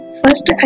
first